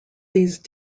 these